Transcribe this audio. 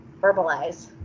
verbalize